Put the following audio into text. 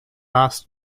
last